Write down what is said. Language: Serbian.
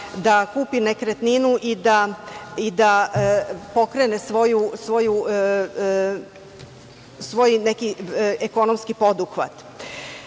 da kupi nekretninu i da pokrene svoj ekonomski poduhvat.